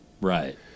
Right